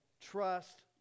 trust